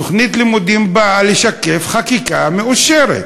תוכנית לימודים באה לשקף חקיקה מאושרת.